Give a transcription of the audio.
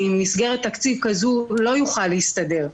עם מסגרת תקציב כזו לא יוכל להסתדר,